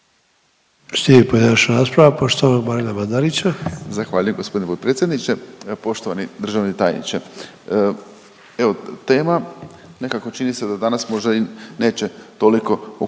Slijedi pojedinačna rasprava poštovanog Marina Mandarića. **Mandarić, Marin (HDZ)** Zahvaljujem gospodine potpredsjedniče. Poštovani državni tajniče, evo tema nekako čini se da danas možda i neće toliko okupirati